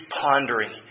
pondering